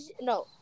No